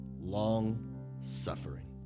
long-suffering